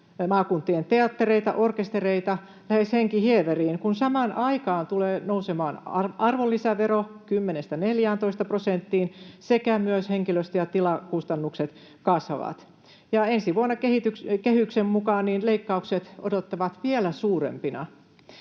maakuntien teattereita, orkestereita lähes henkihieveriin, kun samaan aikaan arvonlisävero tulee nousemaan 10:stä 14 prosenttiin sekä myös henkilöstö- ja tilakustannukset kasvavat. Ensi vuonna kehyksen mukaan leikkaukset odottavat vielä suurempina.